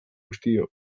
guztiok